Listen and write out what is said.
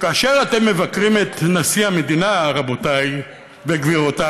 כאשר אתם מבקרים את נשיא המדינה, רבותיי וגברותיי,